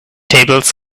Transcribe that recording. tables